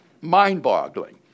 mind-boggling